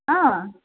हा